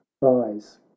rise